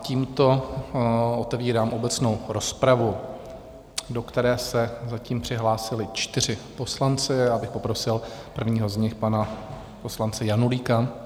Tímto otevírám obecnou rozpravu, do které se zatím přihlásili čtyři poslanci, a já bych poprosil prvního z nich, pana poslance Janulíka.